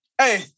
Hey